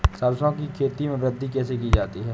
सरसो की खेती में वृद्धि कैसे की जाती है?